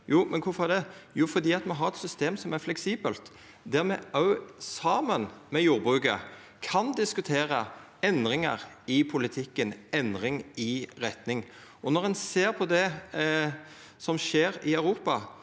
Jo, det er fordi me har eit system som er fleksibelt, der me òg saman med jordbruket kan diskutera endringar i politikken, endring i retning. Når ein ser på det som skjer i Europa,